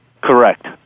Correct